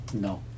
No